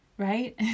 Right